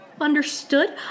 Understood